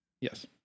Yes